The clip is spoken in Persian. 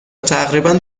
تقریبا